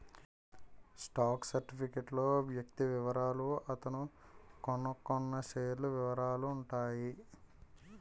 stock certificate లో వ్యక్తి వివరాలు అతను కొన్నకొన్న షేర్ల వివరాలు ఉంటాయి